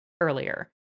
earlier